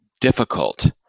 difficult